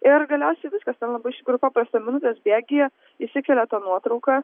ir galiausiai viskas ten labai iš tikrųjų paprasta minutės bėgyje įsikelia tą nuotrauką